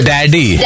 Daddy